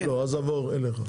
נעבור אליך.